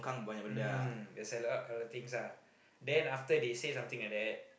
mm there's a lot of things ah then after they said something like that